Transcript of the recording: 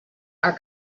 are